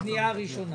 הפנייה הראשונה